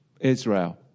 Israel